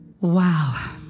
Wow